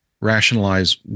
rationalize